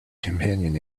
companion